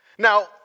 Now